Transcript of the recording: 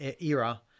era